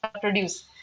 produce